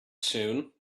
soon